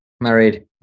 married